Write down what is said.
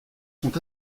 sont